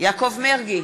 יעקב מרגי,